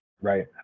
right